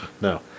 No